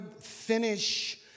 finish